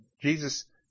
Jesus